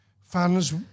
fans